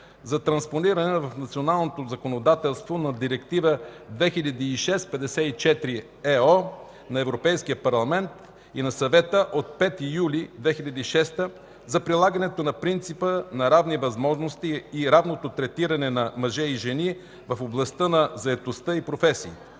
за транспониране в националното законодателство на Директива 2006/54/ЕО на Европейския парламент и на Съвета от 5 юли 2006 г. за прилагането на принципа на равните възможности и равното третиране на мъже и жени в областта на заетостта и професиите.